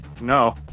No